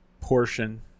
portion